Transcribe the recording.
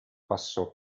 passò